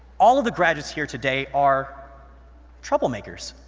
all the graduates here today are troublemakers.